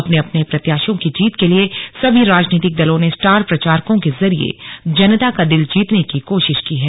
अपने अपने प्रत्याशियों की जीत के लिए सभी राजनीतिक दलों ने स्टार प्रचारकों के जरिए जनता का दिल जीतने की कोशिश की है